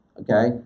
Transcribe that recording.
okay